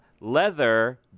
Leather